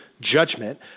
Judgment